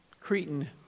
Cretan